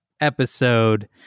episode